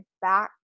back